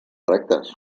rectes